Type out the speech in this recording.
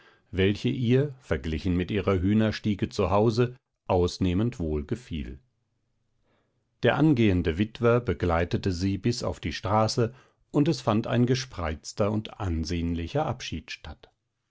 welche ihr verglichen mit ihrer hühnerstiege zu hause ausnehmend wohl gefiel der angehende witwer begleitete sie bis auf die straße und es fand ein gespreizter und ansehnlicher